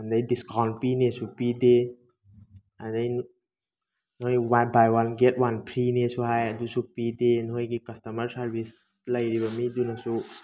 ꯑꯗꯩ ꯗꯤꯁꯀꯥꯎꯟ ꯄꯤꯅꯦꯁꯨ ꯄꯤꯗꯦ ꯑꯗꯩ ꯅꯣꯏ one buy one get one ꯐ꯭ꯔꯤꯅꯦꯁꯨ ꯍꯥꯏ ꯑꯗꯨꯁꯨ ꯄꯤꯗꯦ ꯅꯣꯏꯒꯤ ꯀꯁꯇꯝꯃꯔ ꯁꯥꯔꯕꯤꯁ ꯂꯩꯔꯤꯕ ꯃꯤꯗꯨꯅꯁꯨ